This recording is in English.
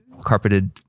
carpeted